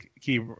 key